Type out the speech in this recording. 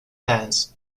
fans